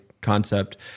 concept